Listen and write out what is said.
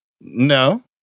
No